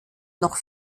noch